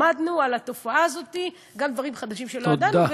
למדנו על התופעה הזאת גם דברים חדשים שלא ידענו,